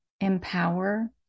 empower